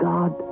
God